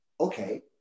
Okay